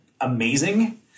amazing